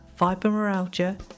fibromyalgia